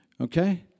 Okay